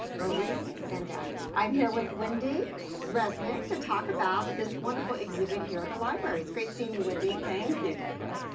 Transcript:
maurice sendak. i'm here with wendy resnik to talk about this wonderful exhibit here at the library. it's great seeing you, wendy. thank you, deborah.